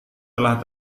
telah